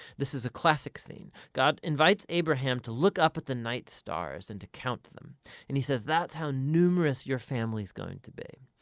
this is a classic scene. god invites abraham to look up at the night stars and to count them and he says that's how numerous your family's going to be.